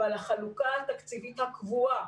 אבל החלוקה התקציבית הקבועה,